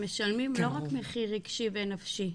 הם משלמים לא רק רגשי ונפשי.